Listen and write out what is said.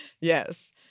Yes